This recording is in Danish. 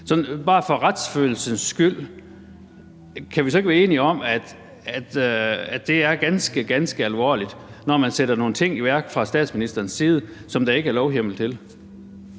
bare for retsfølelsen skyld kan vi så ikke være enige om, at det er ganske, ganske alvorligt, når man sætter nogle ting i værk fra statsministerens side, som der ikke er lovhjemmel til?